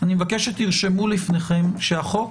שתרשמו לפניכם שהחוק